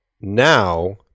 now